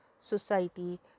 society